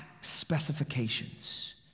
specifications